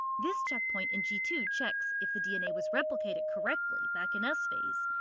this checkpoint in g two checks if the dna was replicated correctly back in s phase.